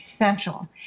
essential